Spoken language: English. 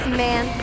man